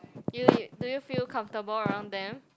you you do you feel comfortable around them